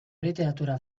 literatura